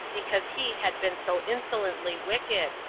because he had been so insolently wicked,